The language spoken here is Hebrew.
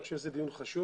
אני חושב שזה דיון חשוב.